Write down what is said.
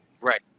Right